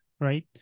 right